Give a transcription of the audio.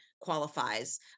qualifies